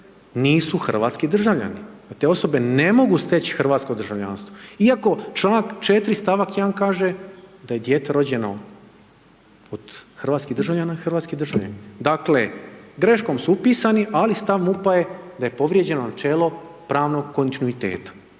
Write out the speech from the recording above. nisu hrvatski državljani, da te osobe ne mogu stječi hrvatsko državljanstvo. Iako članak 4. stavak 1. kaže da je dijete rođeno od hrvatskih državljana, hrvatski državljanin. Dakle greškom su upisani ali stav MUP-a je da je povrijeđeno načelo pravnog kontinuiteta,